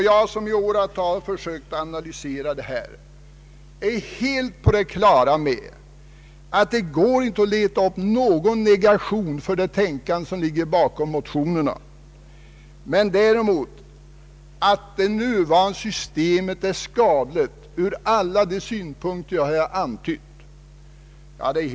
Jag som i åratal försökt analysera detta är helt på det klara med att det inte går att leta upp någon negation gentemot det tänkande som ligger bakom motionerna. Däremot är det lätt att visa att det nuvarande systemet är skadligt ur alla de synpunkter jag har antytt.